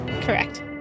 Correct